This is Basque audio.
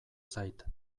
zait